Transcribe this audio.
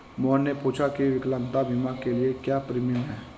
मोहन ने पूछा की विकलांगता बीमा के लिए क्या प्रीमियम है?